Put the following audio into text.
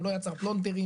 הוא לא יצר פלונטרים,